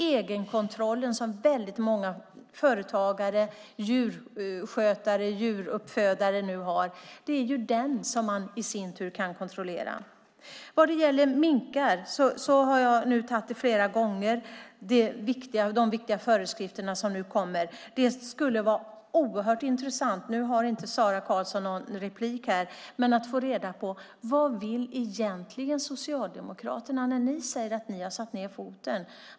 Egenkontrollen som många företagare, djurskötare och djuruppfödare har kan man kontrollera. Vad gäller minkarna har jag flera gånger tagit upp de viktiga föreskrifter som kommer. Sara Karlsson har ingen mer replik, men det hade varit intressant att få reda på vad Socialdemokraterna menar med att ha satt ned foten.